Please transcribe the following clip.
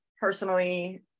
personally